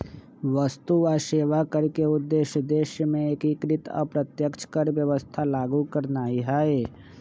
वस्तु आऽ सेवा कर के उद्देश्य देश में एकीकृत अप्रत्यक्ष कर व्यवस्था लागू करनाइ हइ